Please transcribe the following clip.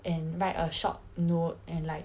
and write a short note and like